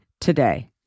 today